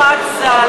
אורי פורת ז"ל,